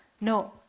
No